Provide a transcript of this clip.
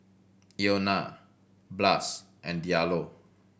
Ilona Blas and Diallo